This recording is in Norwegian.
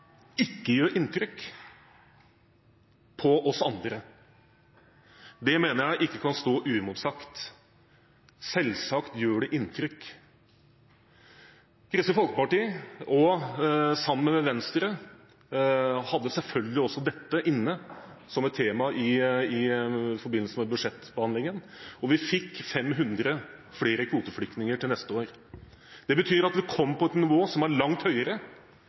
ikke gjør inntrykk på oss andre. Det mener jeg ikke kan stå uimotsagt. Selvsagt gjør det inntrykk. Kristelig Folkeparti, sammen med Venstre, hadde selvfølgelig også dette som et tema i forbindelse med budsjettbehandlingen, og vi fikk 500 flere kvoteflyktninger til neste år. Det betyr at vi kommer opp på et nivå som er langt høyere